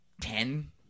ten